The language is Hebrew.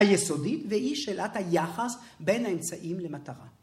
היסודית והיא שאלת היחס בין האמצעים למטרה.